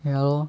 ya lor